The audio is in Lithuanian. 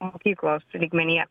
mokyklos lygmenyje